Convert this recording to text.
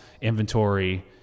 inventory